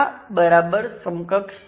જે y parameter તરીકે ઓળખાય છે